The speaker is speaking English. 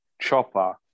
Chopper